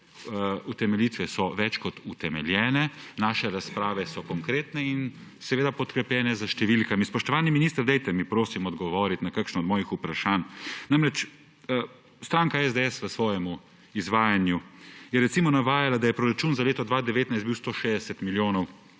utemeljitve so več kot utemeljene, naše razprave so konkretne in podkrepljene s številkami. Spoštovani minister, dajte mi prosim odgovoriti na kakšno od mojih vprašanj. Stranka SDS je v svojem izvajanju recimo navajala, da je bil proračun za leto 2019 160 milijonov